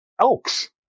elks